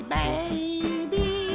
baby